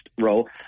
role